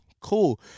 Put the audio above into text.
Cool